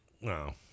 No